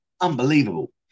Unbelievable